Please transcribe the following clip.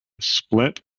split